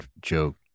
joke